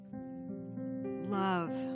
love